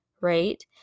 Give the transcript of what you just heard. right